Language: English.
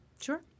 Sure